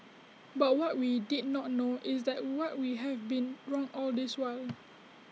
but what we did not know is that what we have been wrong all this while